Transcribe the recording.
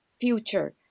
future